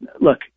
Look